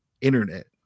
internet